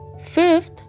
Fifth